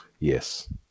Yes